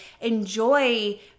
enjoy